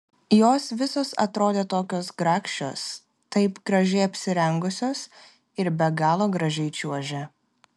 jos visos atrodė tokios grakščios taip gražiai apsirengusios ir be galo gražiai čiuožė